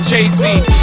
Jay-Z